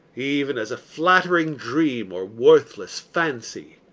even as a flattering dream or worthless fancy.